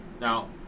Now